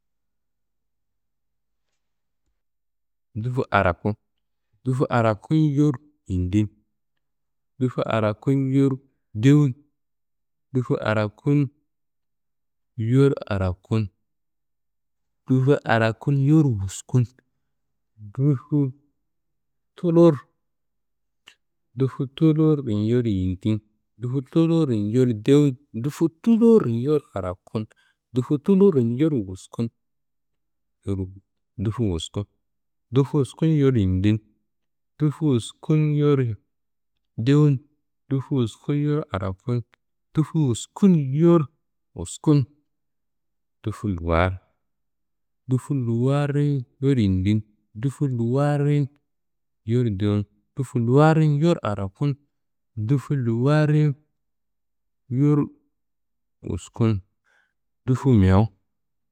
Dufu araku, dufu araku n yor yindi, dufu araku n yor dewu n, dufu araku n yor araku n, dufu araku n yor wusku n, dufu tulur, dufu tulurri nin yor yindi n, dufu tulurri n yor dewu n, dufu tulurri n yor araku n, dufu tulurri n yor wusku n, dufu wusku, dufu wusku n yor yindi n, dufu wusku n yor dewu n, dufu wusku n yor araku n, dufu wusku n yor wusku n, dufu luwar, dufu luwarri n yor yindi n, dufu luwarri n yor dewu n, dufu luwarri n yor araku n, dufu luwarri n yor wusku n, dufu mewu.